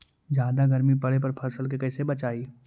जादा गर्मी पड़े पर फसल के कैसे बचाई?